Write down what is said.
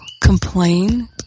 complain